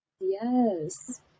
Yes